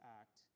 act